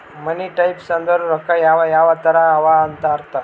ಮನಿ types ಅಂದುರ್ ರೊಕ್ಕಾ ಯಾವ್ ಯಾವ್ ತರ ಅವ ಅಂತ್ ಅರ್ಥ